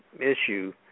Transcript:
issue